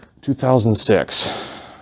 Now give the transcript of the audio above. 2006